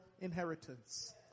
inheritance